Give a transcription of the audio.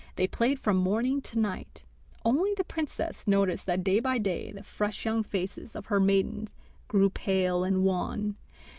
they played from morning to night only the princess noticed that day by day the fresh young faces of her maidens grew pale and wan,